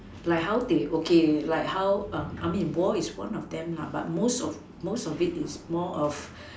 like how they okay like how I mean war is one of them but most of most of it is more of